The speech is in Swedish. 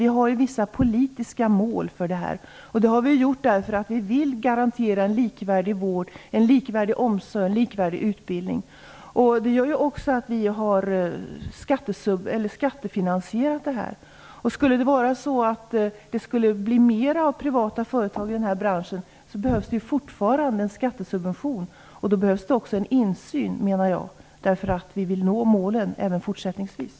Vi har vissa politiska mål för dessa områden, därför att vi vill garantera likvärdig vård, likvärdig omsorg och likvärdig utbildning. Detta gör att vi också har skattefinansierat dessa områden. Om det skulle bli mer privata företag i den här branschen, behövs fortfarande en skattesubvention, och jag menar att det också behövs en insyn eftersom vi vill uppnå målen även fortsättningsvis.